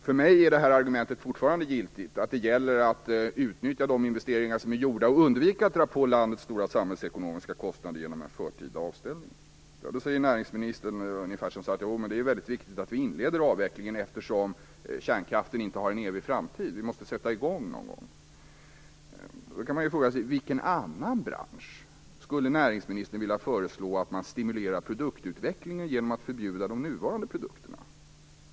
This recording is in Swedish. För mig är argumentet att det gäller att utnyttja de investeringar som är gjorda och undvika att dra på landet stora samhällsekonomiska kostnader genom en förtida avställning fortfarande giltigt. Näringsministern säger att det är väldigt viktigt att vi inleder avvecklingen, eftersom kärnkraften inte har någon evig framtid. Vi måste alltså sätta i gång någon gång. Men då kan man fråga sig: I vilken annan bransch skulle näringsministern vilja föreslå att man stimulerar produktutveckling genom att förbjuda de nuvarande produkterna?